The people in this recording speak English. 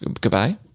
goodbye